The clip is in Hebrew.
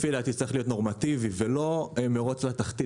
לפי דעתי זה צריך להיות נורמטיבי ולא מירוץ לתחתית,